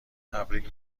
تبریک